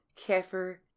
Kefir